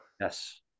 yes